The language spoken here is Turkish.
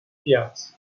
fiyat